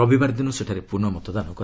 ରବିବାର ଦିନ ସେଠାରେ ପୁନଃ ମତଦାନ ହେବ